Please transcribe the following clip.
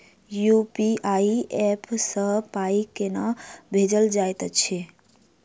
UPI app सँ पाई केना भेजल जाइत छैक?